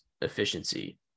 efficiency